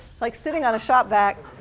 like sitting on a shop vac,